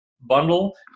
bundle